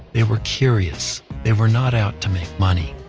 they were curious, they were not out to make money,